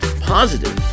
positive